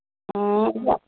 ꯑꯣ